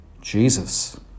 Jesus